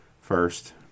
first